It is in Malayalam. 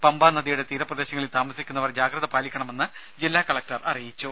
പമ്പാനദിയുടെ തീരപ്രദേശങ്ങളിൽ താമസിക്കുന്നവർ ജാഗ്രത പാലിക്കണമെന്ന് ജില്ലാ കലക്ടർ അറിയിച്ചു